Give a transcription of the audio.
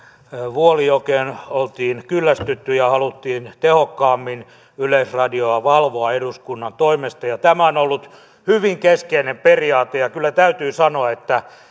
wuolijokeen oli kyllästytty ja haluttiin tehokkaammin yleisradiota valvoa eduskunnan toimesta tämä on ollut hyvin keskeinen periaate ja kyllä täytyy sanoa että